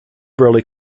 burley